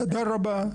תודה רבה.